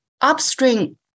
upstream